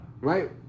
Right